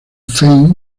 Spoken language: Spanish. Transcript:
fame